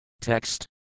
Text